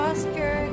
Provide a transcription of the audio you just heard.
Oscar